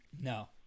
No